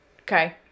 Okay